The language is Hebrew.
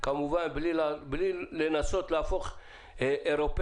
כמובן בלי לנסות להפוך אירופאי